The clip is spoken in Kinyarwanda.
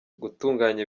gutunganya